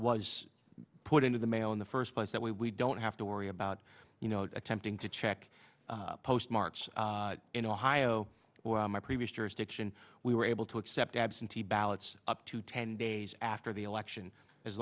was put into the mail in the first place that we we don't have to worry about you know attempting to check postmarks in ohio where my previous jurisdiction we were able to accept absentee ballots up to ten days after the election as